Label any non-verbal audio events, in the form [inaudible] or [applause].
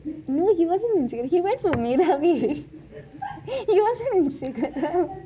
no he wasn't in sigaram he went through meravi [laughs] he wasn't in sigaram